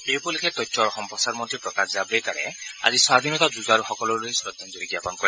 এই উপলক্ষে তথ্য আৰু সম্প্ৰচাৰ মন্ত্ৰী প্ৰকাশ জাৱৰেকাড়ে আজি স্বাধীনতা যুঁজাৰুসকললৈ শ্ৰদ্ধাঞ্জলি জাপন কৰে